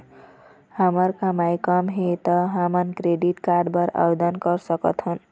हमर कमाई कम हे ता हमन क्रेडिट कारड बर आवेदन कर सकथन?